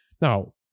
Now